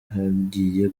hagiye